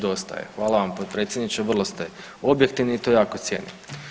Dosta je, hvala vam potpredsjedniče, vrlo ste objektivni i to jako cijenim.